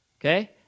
Okay